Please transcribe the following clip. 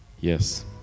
yes